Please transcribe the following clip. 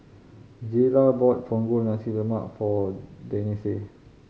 Jayla bought Punggol Nasi Lemak for Denese